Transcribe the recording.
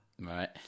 Right